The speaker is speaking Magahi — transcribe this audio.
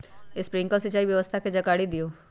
स्प्रिंकलर सिंचाई व्यवस्था के जाकारी दिऔ?